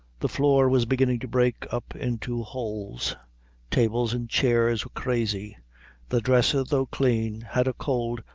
the floor was beginning to break up into holes tables and chairs were crazy the dresser, though clean, had a cold,